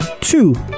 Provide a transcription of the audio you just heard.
Two